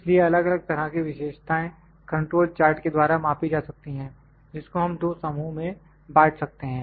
इसलिए अलग अलग तरह की विशेषताएँ कंट्रोल चार्ट के द्वारा मापी जा सकती हैं जिसको हम दो समूह में बांट सकते हैं